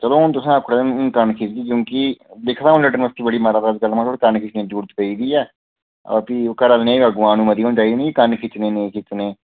चलो हून तुसें आक्खी ओड़ेआ ते हून कन्न खिचगे क्योंकि दिक्खना हून लड्डर मस्ती बड़ी मारा दा नुहाड़ै कन्न खिचनै दी जरूरत पेई दी ऐ ते घरें आह्लें दी बी अग्गें अनुमति होनी चाहिदी नीं के कन्न खिच्चने जां नेईं